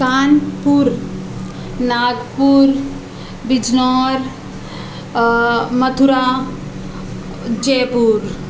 کان پور ناگپور بجنور متھرا جے پور